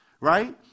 right